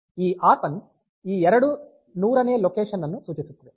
ಈ ಆರ್1 ಈ ಎರಡು ನೂರನೇ ಲೊಕೇಶನ್ ಅನ್ನು ಸೂಚಿಸುತ್ತದೆ